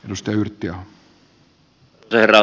arvoisa herra puhemies